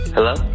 Hello